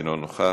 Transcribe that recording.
אינו נוכח.